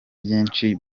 byinshi